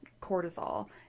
cortisol